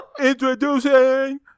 Introducing